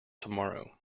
tomorrow